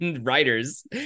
writers